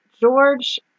George